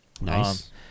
Nice